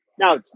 Now